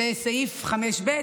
זה סעיף 5(ב)